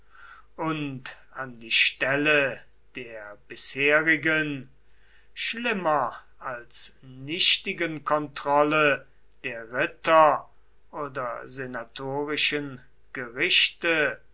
und an die stelle der bisherigen schlimmer als nichtigen kontrolle der ritter oder senatorischen gerichte